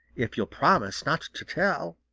if you'll promise not to tell.